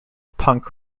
punk